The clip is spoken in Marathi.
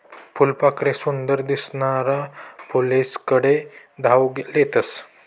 फुलपाखरे सुंदर दिसनारा फुलेस्कडे धाव लेतस